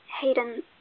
Hayden